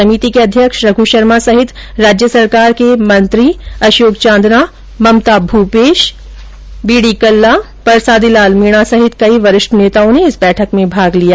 समिति के अध्यक्ष रघ् शर्मा सहित राज्य सरकार के मंत्री अशोक चांदना ममता भूपेश दी डी कल्ला परसादी लाल मीणा समेत कई वरिष्ठ नेताओं ने इस बैठक में भॉग लिया